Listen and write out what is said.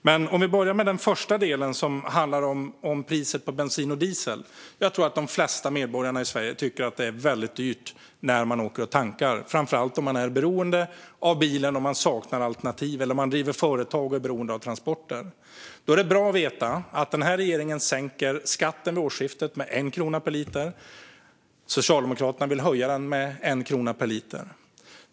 Jag börjar med den första delen, som handlar om priset på bensin och diesel. Jag tror att de flesta medborgare i Sverige tycker att det är väldigt dyrt att tanka, framför allt om man är beroende av bilen och saknar alternativ eller driver företag och är beroende av transporter. Då är det bra att veta att regeringen sänker skatten vid årsskiftet med 1 krona per liter. Socialdemokraterna vill höja den med 1 krona per liter.